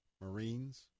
Marines